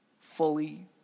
fully